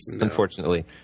unfortunately